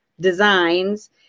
designs